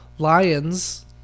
Lions